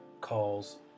calls